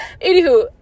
Anywho